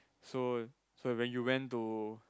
so so when you went to